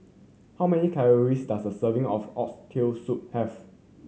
how many calories does a serving of Oxtail Soup have